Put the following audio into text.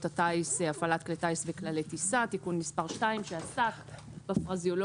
הטיס (הפעלת כלי טיס וכללי טיסה) (תיקון מס' 2) שעסק בפרזיולוגיה,